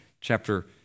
chapter